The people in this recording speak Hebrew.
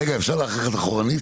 רגע, אפשר לקחת אחורנית?